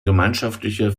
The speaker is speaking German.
gemeinschaftliche